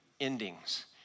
Endings